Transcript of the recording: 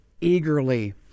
eagerly